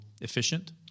efficient